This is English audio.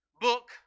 book